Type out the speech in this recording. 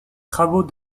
travaux